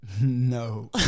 No